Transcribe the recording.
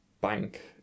bank